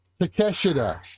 Takeshita